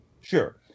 Sure